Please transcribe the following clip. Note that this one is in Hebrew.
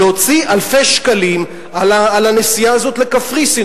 להוציא אלפי שקלים על הנסיעה הזאת לקפריסין